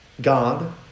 God